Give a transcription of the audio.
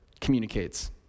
communicates